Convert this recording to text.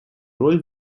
роль